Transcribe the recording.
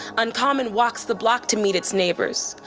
uncommon walks the block to meet its neighbors.